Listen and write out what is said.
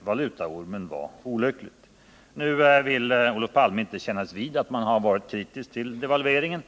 valutaormen var olyckligt. Nu vill Olof Palme inte kännas vid sin kritik av devalveringen.